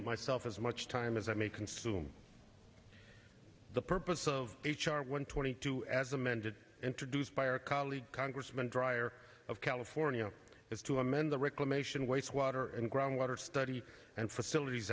myself as much time as i may consume the purpose of h r one twenty two as amended introduced by our colleague congressman dreier of california is to amend the reclamation waste water and groundwater study and facilities